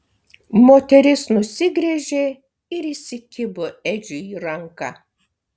moteris nusigręžė ir įsikibo edžiui į ranką